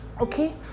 Okay